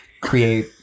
create